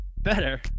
Better